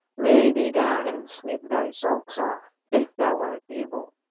lay thee down and sleep thy sulks off, if thou art able.